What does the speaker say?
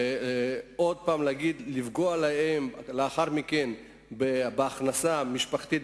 ולפגוע להם בהכנסה המשפחתית,